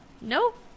Nope